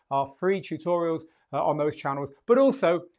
our free tutorials are on those channels. but also,